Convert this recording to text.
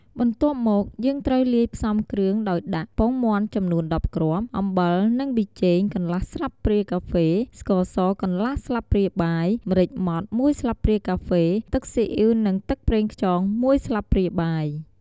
បន្ទាប់មក យើងត្រូវលាយផ្សំគ្រឿងដោយដាក់ ពងមាន់ចំនួន១០គ្រាប់ អំបិលនិងប៊ីចេង កន្លះស្លាបព្រាកាហ្វេ ស្ករសកន្លះស្លាបព្រាបាយ ម្រេចម៉ដ្ឋ១ស្លាបព្រាកាហ្វេ ទឹកស៊ីអ៉ីវនិងទឹកប្រេងខ្យង ១ស្លាបព្រាបាយ។